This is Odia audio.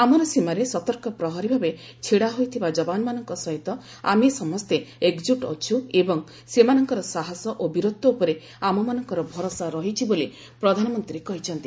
ଆମର ସୀମାରେ ସତର୍କ ପ୍ରହରୀ ଭାବେ ଛିଡା ହୋଇଥିବା ଜବାନମାନଙ୍କ ସହିତ ଆମେ ସମସ୍ତେ ଏକଜୁଟ ଅଛି ଏବଂ ସେମାନଙ୍କର ସାହସ ଓ ବୀରତ୍ୱ ଉପରେ ଆମମାନଙ୍କର ଭରସା ରହିଛି ବୋଲି ପ୍ରଧାନମନ୍ତ୍ରୀ କହିଛନ୍ତି